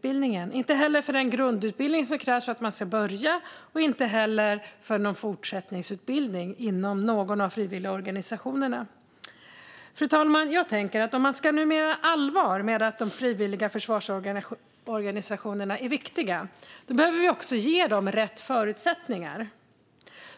Det gör det inte heller för den grundutbildning som krävs för att få börja eller för någon fortsättningsutbildning inom någon av frivilligorganisationerna. Fru talman! Jag tänker att om man ska mena allvar med att de frivilliga försvarsorganisationerna är viktiga behöver man också ge dem rätt förutsättningar.